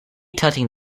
tutting